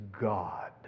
God